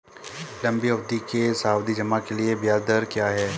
लंबी अवधि के सावधि जमा के लिए ब्याज दर क्या है?